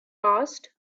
passed